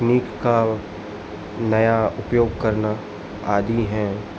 तकनीक का नया उपयोग करना आदि हैं